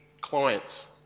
clients